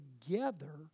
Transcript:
together